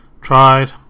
Tried